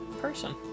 person